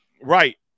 Right